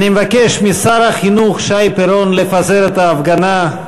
אני מבקש משר החינוך שי פירון לפזר את ההפגנה.